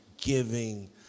giving